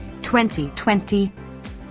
2020